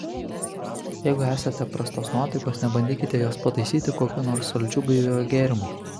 jeigu esate prastos nuotaikos nebandykite jos pataisyti kokiu nors saldžiu gaiviuoju gėrimu